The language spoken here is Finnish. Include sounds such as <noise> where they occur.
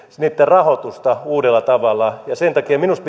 niitten rahoitusta uudella tavalla ja sen takia minusta <unintelligible>